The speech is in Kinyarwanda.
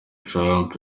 trump